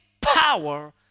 power